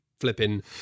flipping